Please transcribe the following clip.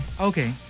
Okay